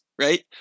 right